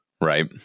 Right